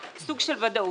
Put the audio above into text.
סוג של ודאות.